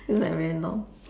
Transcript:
feels like very long